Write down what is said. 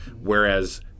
Whereas